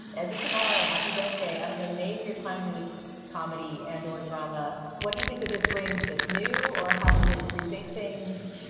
edge of tomorrow. happy death day. i don't know. name your time loop comedy and or drama. what do you think that this brings that's new? or how does it rethink things?